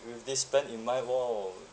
with this plan in mind !whoa!